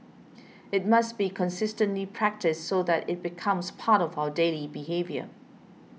it must be consistently practised so that it becomes part of our daily behaviour